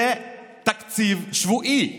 זה תקציב שבועי.